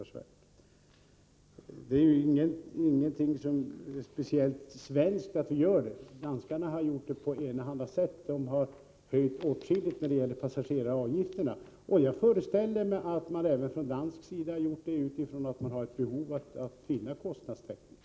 Att göra det är ingenting som är speciellt svenskt. Danskarna har handlat på enahanda sätt och höjt passageraravgifterna åtskilligt. Jag föreställer mig att man även från dansk sida har gjort det utifrån behovet av att få kostnadstäckning.